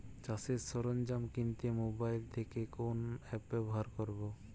চাষের সরঞ্জাম কিনতে মোবাইল থেকে কোন অ্যাপ ব্যাবহার করব?